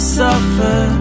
suffer